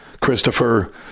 Christopher